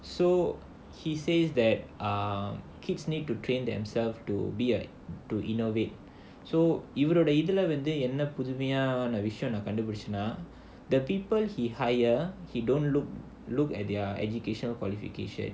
so he says that ah kids need to train themselves to be like to innovate so இவரோட இதுல வந்து நான் என்ன புதுமையான விஷயம் கண்டுபிடிச்சேனா:ivaroda idhula vandhu naan enna pudhumaiyaana vishayam kandupidichaenaa the people he hire he don't look look at their educational qualification